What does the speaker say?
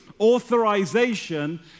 authorization